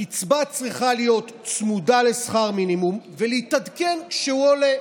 הקצבה צריכה להיות צמודה לשכר מינימום ולהתעדכן כשהוא עולה,